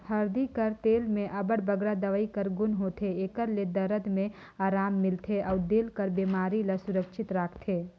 हरदी कर तेल में अब्बड़ बगरा दवई कर गुन होथे, एकर ले दरद में अराम मिलथे अउ दिल कर बेमारी ले सुरक्छित राखथे